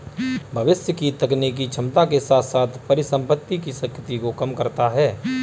भविष्य की तकनीकी क्षमता के साथ साथ परिसंपत्ति की शक्ति को कम करता है